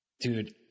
Dude